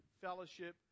fellowship